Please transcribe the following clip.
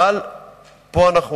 ואני רואה בזה דבר מאוד חשוב.